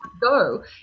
go